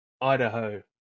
Idaho